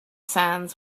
sands